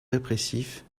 répressif